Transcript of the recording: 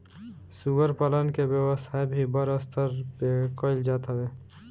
सूअर पालन के व्यवसाय भी बड़ स्तर पे कईल जात हवे